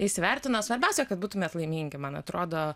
įsivertina svarbiausia kad būtumėt laimingi man atrodo